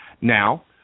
Now